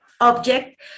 object